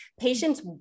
Patients